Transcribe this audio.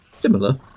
Similar